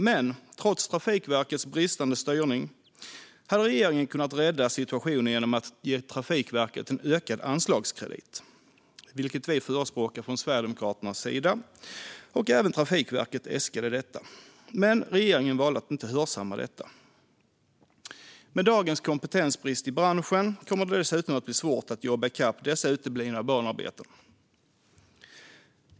Trots Trafikverkets bristande styrning hade regeringen kunnat rädda situationen genom att ge Trafikverket en ökad anslagskredit, vilket vi förespråkade från Sverigedemokraternas sida och vilket Trafikverket äskade om. Regeringen valde dock att inte hörsamma detta. Med dagens kompetensbrist i branschen kommer det dessutom att bli svårt att jobba i kapp dessa uteblivna banarbeten.